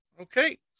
okay